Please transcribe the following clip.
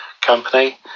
company